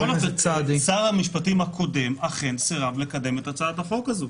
שר המשפטים הקודם אכן סירב לקדם את הצעת החוק הזו,